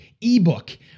ebook